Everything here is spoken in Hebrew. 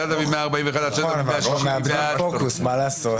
8,241 עד 8,260, מי בעד?